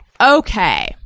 Okay